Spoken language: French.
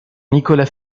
nicolas